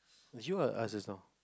you are ask just now